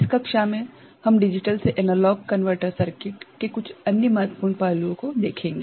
इस कक्षा में हम डिजिटल से एनालॉग कनवर्टर सर्किटके कुछ अन्य महत्वपूर्ण पहलुओं को देखेंगे